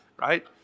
Right